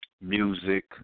music